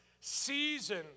season